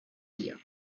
dir